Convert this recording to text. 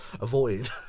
avoid